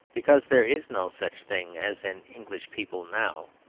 because there is no such thing as an english people now,